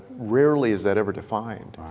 rarely is that ever defined.